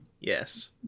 yes